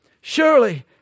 Surely